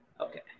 Okay